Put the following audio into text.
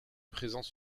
présents